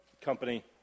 company